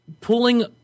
pulling